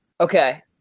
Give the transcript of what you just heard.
Okay